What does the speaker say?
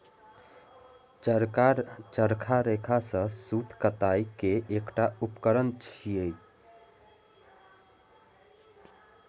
चरखा रेशा सं सूत कताइ के एकटा उपकरण छियै